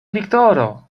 viktoro